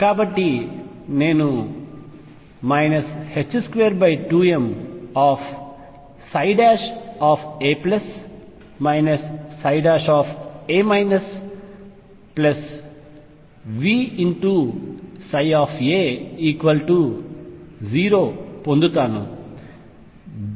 కాబట్టి నేను 22ma a Vψa0పొందుతాను